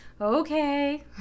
Okay